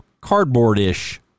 cardboard-ish